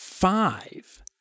five